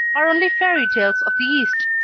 are only fairy tales of the east.